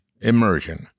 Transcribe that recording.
Immersion